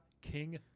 King